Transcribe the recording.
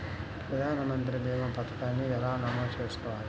ప్రధాన మంత్రి భీమా పతకాన్ని ఎలా నమోదు చేసుకోవాలి?